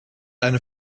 eine